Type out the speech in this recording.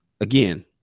again